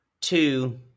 Two